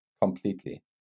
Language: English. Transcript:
completely